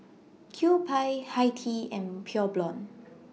Kewpie Hi Tea and Pure Blonde